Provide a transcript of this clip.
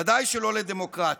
ודאי שלא לדמוקרטיה.